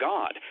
God